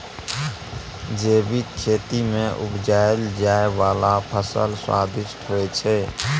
जैबिक खेती मे उपजाएल जाइ बला फसल स्वादिष्ट होइ छै